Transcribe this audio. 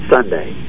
Sunday